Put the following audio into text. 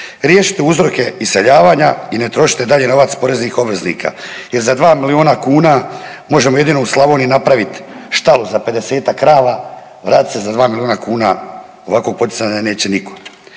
Riješite uzroke iseljavanja i ne trošite dalje novac poreznih obveznika jer za 2 milijuna kuna možemo jedino u Slavoniji napravit štalu za 50-ak krava, vratit se za 2 milijuna kuna ovakvog poticanja neće niko.